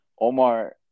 Omar –